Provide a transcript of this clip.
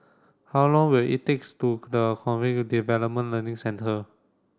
how long will it takes to the Cognitive Development Learning Centre